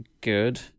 good